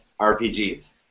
RPGs